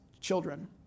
children